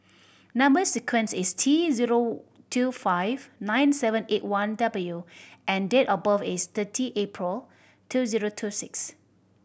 number sequence is T zero two five nine seven eight one W and date of birth is thirty April two zero two six